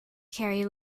carry